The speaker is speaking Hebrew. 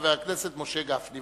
חבר הכנסת משה גפני.